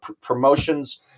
promotions